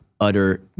utter